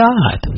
God